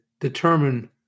determine